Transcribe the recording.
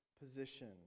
position